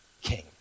king